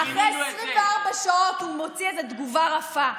אחרי 24 שעות הוא מוציא תגובה רפה.